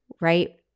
right